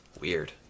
Weird